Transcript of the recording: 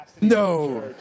No